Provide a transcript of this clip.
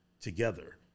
together